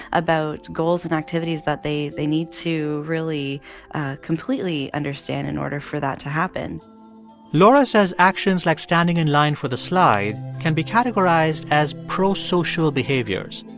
about goals and activities that they they need to really completely understand in order for that to happen laura says actions like standing in line for the slide can be categorized as prosocial behaviors.